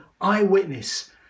eyewitness